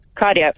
Cardio